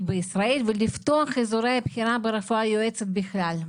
בישראל ולפתוח את אזורי הבחירה הרפואה היועצת בכלל,